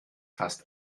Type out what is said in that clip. fast